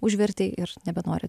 užvertei ir nebenori